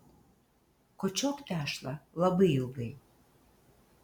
kočiok tešlą labai ilgai